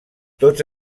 tots